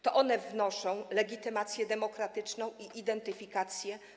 To one wnoszą legitymację demokratyczną i identyfikację.